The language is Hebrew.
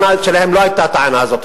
שלהם לא היתה הטענה הזאת,